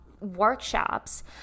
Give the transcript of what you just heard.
workshops